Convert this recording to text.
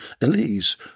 Elise